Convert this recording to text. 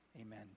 Amen